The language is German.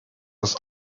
das